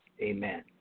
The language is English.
amen